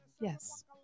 Yes